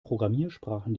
programmiersprachen